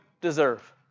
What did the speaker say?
deserve